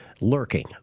lurking